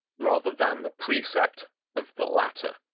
rather than the precept of the latter.